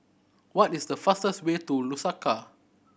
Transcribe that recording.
what is the fastest way to Lusaka